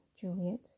Juliet